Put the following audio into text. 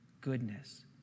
goodness